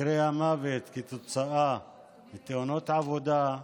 מקרי המוות כתוצאה מתאונות עבודה,